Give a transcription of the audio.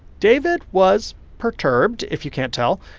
david was perturbed, if you can't tell,